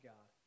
God